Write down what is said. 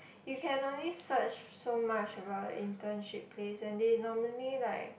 you can only search so much about the internship place and they normally like